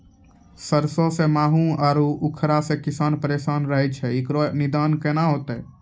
सरसों मे माहू आरु उखरा से किसान परेशान रहैय छैय, इकरो निदान केना होते?